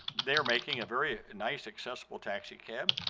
they're making a very nice accessible taxicab.